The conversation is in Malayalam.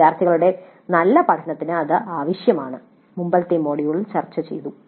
വിദ്യാർത്ഥികളുടെ നല്ല പഠനത്തിന് അത് ആവശ്യമാണ് മുമ്പത്തെ മൊഡ്യൂളിൽ ചർച്ചചെയ്തു